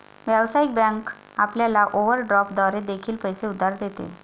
व्यावसायिक बँक आपल्याला ओव्हरड्राफ्ट द्वारे देखील पैसे उधार देते